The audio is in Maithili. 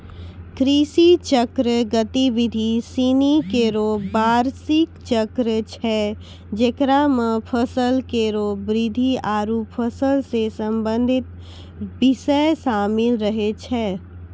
कृषि चक्र गतिविधि सिनी केरो बार्षिक चक्र छै जेकरा म फसल केरो वृद्धि आरु फसल सें संबंधित बिषय शामिल रहै छै